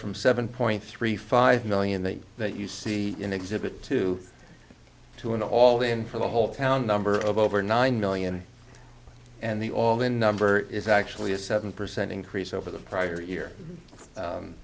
from seven point three five million that that you see in exhibit two to an all in for the whole town number of over nine million and the all in number is actually a seven percent increase over the prior